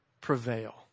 prevail